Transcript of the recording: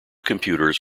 computers